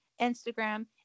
Instagram